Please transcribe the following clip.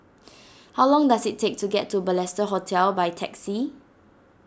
how long does it take to get to Balestier Hotel by taxi